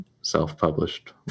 self-published